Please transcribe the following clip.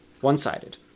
one-sided